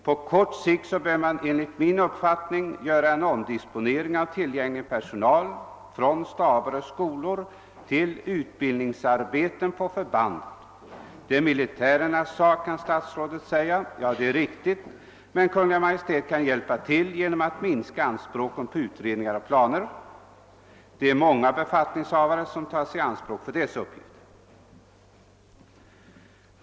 På kort sikt bör man enligt min uppfattning göra en omdisponering av tillgänglig personal från staber och skolor till utbildningen av värnpliktiga på förbanden. Det är militärernas sak, kanske statsrådet säger. Det är riktigt, men Kungl. Maj:t kan hjälpa till genom att minska anspråken på utredningar och planer. Det är många befattningshavare som tas i anspråk för dessa uppgifter.